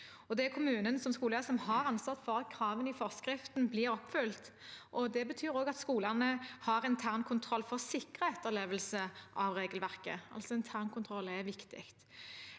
Det er kommunen, som skoleeier, som har ansvar for at kravene i forskriften blir oppfylt. Det betyr også at skolene har internkontroll for å sikre etterlevelse av regelverket. Internkontroll er viktig.